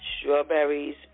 Strawberries